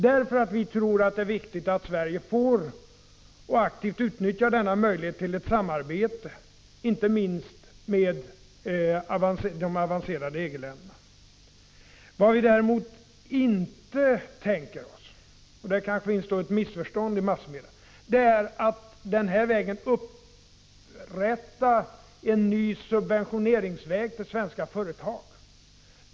Vi tror nämligen att det är viktigt att Sverige får och aktivt utnyttjar denna möjlighet till ett samarbete med inte minst de teknologiskt avancerade EG-länderna. Vad vi däremot inte tänker oss — och på den punkten har det uppstått ett missförstånd i massmedia — är att genom det här samarbetet upprätta en ny subventioneringsväg för svenska företag.